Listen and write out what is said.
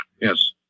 Yes